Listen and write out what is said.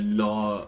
law